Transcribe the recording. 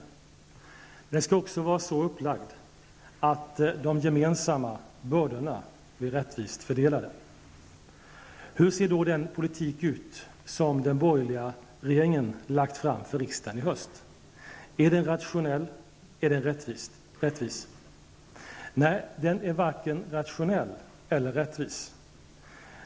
Men den skall också vara så upplagd att de gemensamma bördorna blir rättvist fördelade. Hur ser då den politik ut som den borgerliga regeringen lagt fram för riksdagen i höst? Är den rationell? Är den rättvis? Nej, den är varken rationell eller rättvis.